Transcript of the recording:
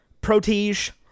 protege